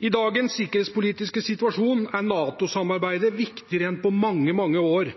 I dagens sikkerhetspolitiske situasjon er NATO-samarbeidet viktigere enn på mange, mange år,